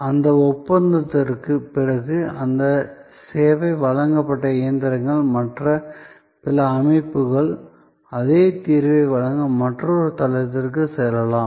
அந்த ஒப்பந்தத்திற்குப் பிறகு அந்த சேவை வழங்கப்பட்ட இயந்திரங்கள் மற்றும் பிற அமைப்புகள் அதே தீர்வை வழங்க மற்றொரு தளத்திற்கு செல்லலாம்